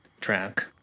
track